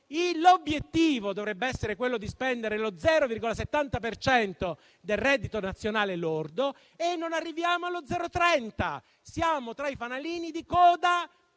l'obiettivo dovrebbe essere quello di spendere lo 0,70 per cento del reddito nazionale lordo e non arriviamo allo 0,30 per cento. Siamo tra i fanalini di coda